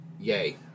yay